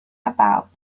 about